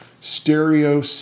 stereo